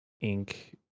ink